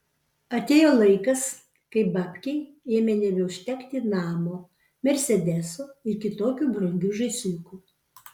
atėjo laikas kai babkei ėmė nebeužtekti namo mersedeso ir kitokių brangių žaisliukų